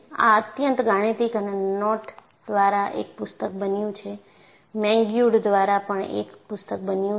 આ અત્યંત ગાણિતિક અને નોટ દ્વારા એક પુસ્તક બન્યું છે મેગ્યુડ દ્વારા પણ એક પુસ્તક બન્યું છે